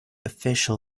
official